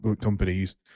companies